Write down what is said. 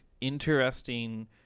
interesting